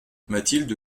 mathilde